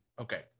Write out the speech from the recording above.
Okay